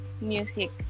music